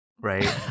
right